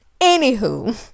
Anywho